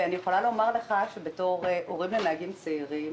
ואני יכולה לומר לך בתור הורים לנהגים צעירים